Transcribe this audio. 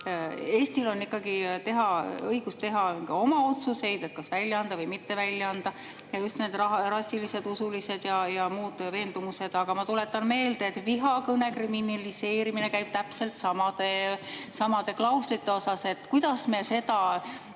Eestil on ikkagi õigus teha oma otsuseid, kas välja anda või mitte välja anda, ja just need rassilised, usulised ja muud veendumused. Aga ma tuletan meelde, et vihakõne kriminaliseerimine käib täpselt samade klauslite järgi. Kuidas me seda